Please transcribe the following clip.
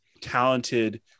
talented